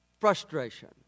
frustration